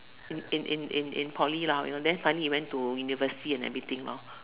in in in in Poly lah then suddenly he went into university and everything lor